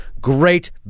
Great